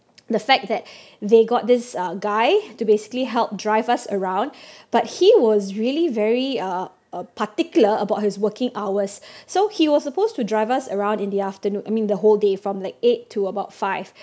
the fact that they got this uh guy to basically helped drive us around but he was really very uh uh particular about his working hours so he was supposed to drive us around in the afternoon I mean the whole day from like eight to about five